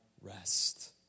rest